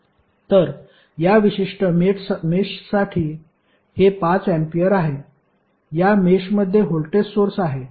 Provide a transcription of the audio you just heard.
तर या विशिष्ट मेषसाठी हे 5 अँपिअर आहे या मेषमध्ये व्होल्टेज सोर्स आहे